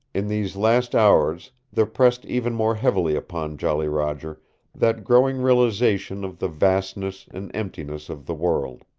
in these last hours there pressed even more heavily upon jolly roger that growing realization of the vastness and emptiness of the world.